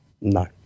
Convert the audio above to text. No